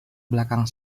belakang